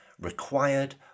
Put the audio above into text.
Required